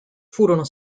furono